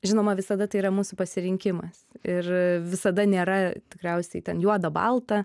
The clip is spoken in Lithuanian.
žinoma visada tai yra mūsų pasirinkimas ir visada nėra tikriausiai ten juoda balta